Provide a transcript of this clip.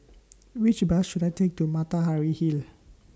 Which Bus should I Take to Matahari Hall